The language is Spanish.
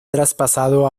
traspasado